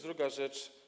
Druga rzecz.